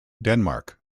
denmark